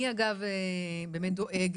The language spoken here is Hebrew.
מי, אגב, באמת דואג?